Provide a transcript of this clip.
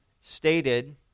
stated